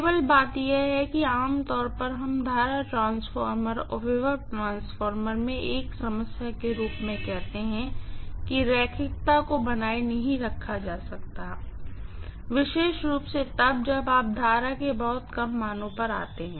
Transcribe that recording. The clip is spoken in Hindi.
केवल बात यह है कि आम तौर पर हम करंट ट्रांसफार्मर और वोल्टेज ट्रांसफार्मर में एक समस्या के रूप में कहते हैं कि रैखिकता को बनाए नहीं रखा जा सकता है विशेष रूप से तब जब आप करंट के बहुत कम मानों पर आते हैं